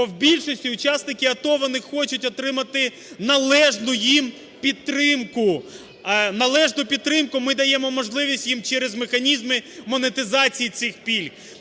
бо в більшості учасники АТО вони хочуть отримати належну їм підтримку, належну підтримку ми даємо можливість їм через механізми монетизації цих пільг.